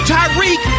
Tyreek